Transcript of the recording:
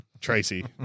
Tracy